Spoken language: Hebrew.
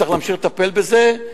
צריך להמשיך לטפל בזה.